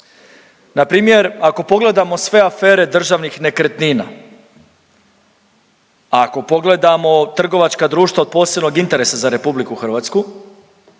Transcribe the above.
Npr. ako pogledamo sve afere državnih nekretnina, ako pogledamo trgovačka društva od posebnog interesa za RH